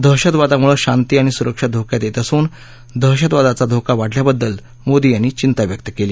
दहशतवादामुळं शांती आणि सुरक्षा धोक्यात यत्तअसून दहशतवादाचा धोका वाढल्याबद्दल मोदी यांनी चिंता व्यक्त कली